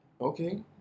Okay